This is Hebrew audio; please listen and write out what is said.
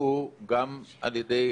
במקביל למשלוח המידע עליו לשירות,